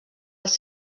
als